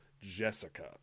Jessica